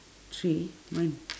three mine